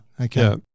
Okay